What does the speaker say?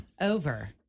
Over